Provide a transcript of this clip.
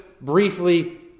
briefly